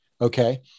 Okay